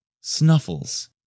snuffles